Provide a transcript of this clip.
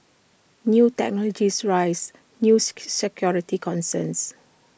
new technologies raise news security concerns